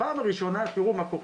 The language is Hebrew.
הפעם הראשונה, תראו מה קורה,